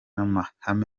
amahame